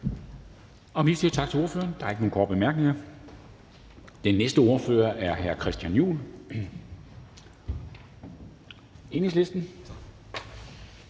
den socialdemokratiske ordfører. Der er ikke nogen korte bemærkninger. Den næste ordfører er hr. Kristian Pihl Lorentzen.